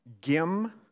Gim